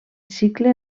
cicle